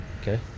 Okay